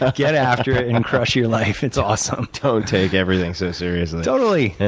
ah get after it and crush your life. it's awesome. don't take everything so seriously. totally.